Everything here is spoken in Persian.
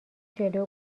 جلو